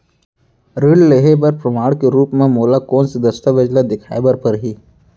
ऋण लिहे बर प्रमाण के रूप मा मोला कोन से दस्तावेज ला देखाय बर परही?